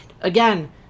Again